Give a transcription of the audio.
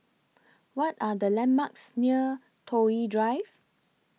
What Are The landmarks near Toh Yi Drive